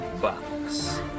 box